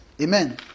Amen